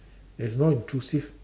it's not intrusive